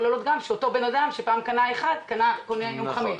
לעלות כי אותו בן אדם שפעם קנה מנה אחת היום קונה חמש.